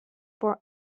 for